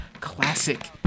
Classic